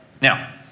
Now